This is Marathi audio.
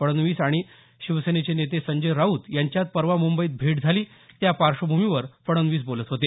फडणवीस आणि शिवसेनेचे नेते संजय राऊत यांच्यात परवा मुंबईत भेट झाली त्या पाश्वभूमीवर फडणवीस बोलत होते